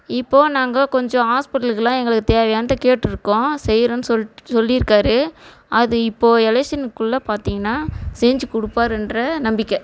இப்போது நாங்கள் கொஞ்சம் ஹாஸ்பிட்டலுக்கெலாம் எங்களுக்கு தேவையானதை கேட்டிருக்கோம் செய்கிறோன்னு சொல்ட் சொல்லியிருக்காரு அது இப்போது எலெக்ஷனுக்குள்ளே பார்த்தீங்கன்னா செஞ்சு கொடுப்பாருன்ற நம்பிக்கை